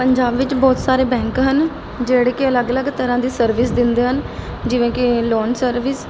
ਪੰਜਾਬ ਵਿੱਚ ਬਹੁਤ ਸਾਰੇ ਬੈਂਕ ਹਨ ਜਿਹੜੇ ਕਿ ਅਲੱਗ ਅਲੱਗ ਤਰ੍ਹਾਂ ਦੀ ਸਰਵਿਸ ਦਿੰਦੇ ਹਨ ਜਿਵੇਂ ਕਿ ਲੋਨ ਸਰਵਿਸ